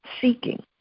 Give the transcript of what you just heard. seeking